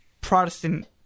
Protestant